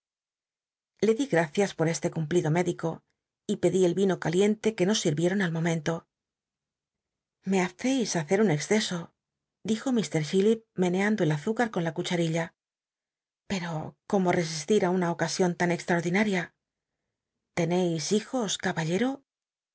le di gracias por este cumplido médico y pedí el yino caliente que nos sir icron al momento lie haccis ha cer un exceso dijo if chillip meneando el azúcar con la cuchal'illa pero cómo resistir i una ocasion tan extraordinaria encis hijos caballer'o